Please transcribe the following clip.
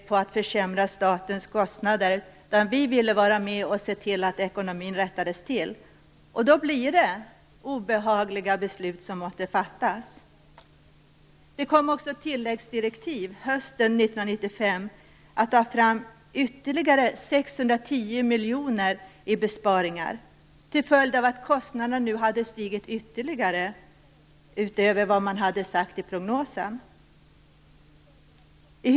Det kom också tilläggsdirektiv hösten 1995. Det skulle tas fram ytterligare 610 miljoner i besparingar, till följd av att kostnaderna nu hade stigit ytterligare utöver vad man hade sagt i prognosen.